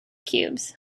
cubes